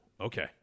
okay